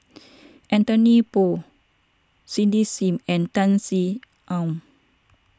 Anthony Poon Cindy Sim and Tan Sin Aun